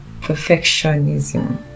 perfectionism